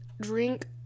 Drink